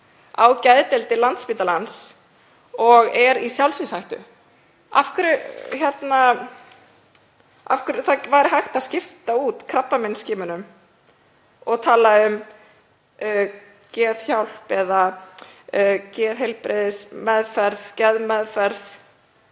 á geðdeildir Landspítalans og er í sjálfsvígshættu? Það væri hægt að skipta út krabbameinsskimunum og tala um Geðhjálp eða geðheilbrigðismeðferð, geðmeðferð,